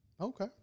Okay